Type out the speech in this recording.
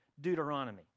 Deuteronomy